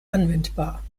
anwendbar